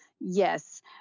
yes